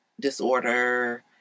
disorder